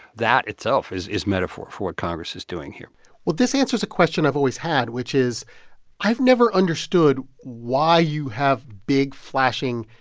that itself is is metaphor for what congress is doing here well, this answers a question i've always had, which is i've never understood why you have big, flashing,